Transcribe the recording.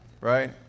right